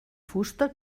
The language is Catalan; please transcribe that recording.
fusta